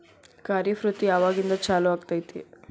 ಖಾರಿಫ್ ಋತು ಯಾವಾಗಿಂದ ಚಾಲು ಆಗ್ತೈತಿ?